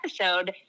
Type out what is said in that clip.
episode